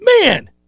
Man